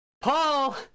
Paul